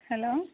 hello